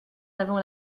avant